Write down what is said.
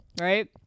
right